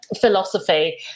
philosophy